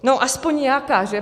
No aspoň nějaká, že?